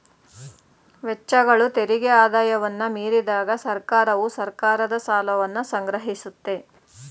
ವೆಚ್ಚಗಳು ತೆರಿಗೆ ಆದಾಯವನ್ನ ಮೀರಿದಾಗ ಸರ್ಕಾರವು ಸರ್ಕಾರದ ಸಾಲವನ್ನ ಸಂಗ್ರಹಿಸುತ್ತೆ